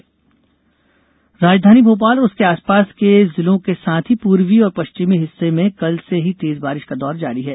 मौसम राजधानी भोपाल और उसके आसपास के जिलों के साथ ही पूर्वी और पश्चिमी हिस्से में कल से ही तेज बारिष का दौर जारी है